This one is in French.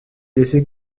laissé